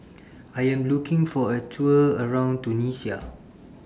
I Am looking For A Tour around Tunisia